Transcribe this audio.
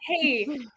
hey